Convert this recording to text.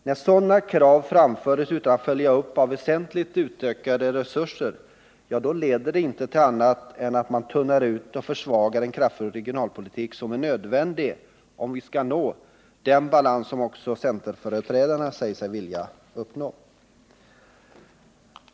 När sådana krav framförs utan att kopplas ihop med väsentligt utökade resurser, ja, då leder detta inte till annat än att man tunnar ut och försvagar en kraftfull regionalpolitik — som är nödvändig om vi skall nå den balans som också centerföreträdarna säger sig vilja uppnå.